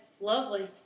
Lovely